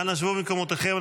אנא שבו במקומותיכם,